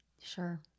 Sure